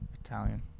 Italian